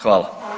Hvala.